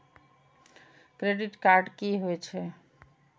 Credit card की होई छै?